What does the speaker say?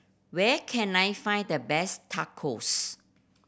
where can I find the best Tacos